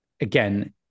Again